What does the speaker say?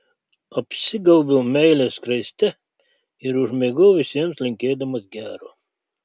apsigaubiu meilės skraiste ir užmiegu visiems linkėdamas gero